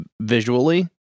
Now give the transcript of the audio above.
visually